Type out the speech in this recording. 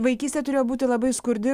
vaikystė turėjo būti labai skurdi